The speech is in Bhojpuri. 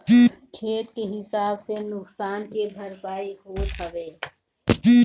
खेत के हिसाब से नुकसान के भरपाई होत हवे